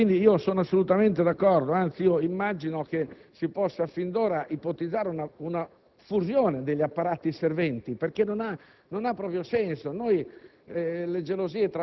Pertanto sono assolutamente d'accordo, anzi immagino che si possa fin d'ora ipotizzare una fusione degli apparati serventi, perché le gelosie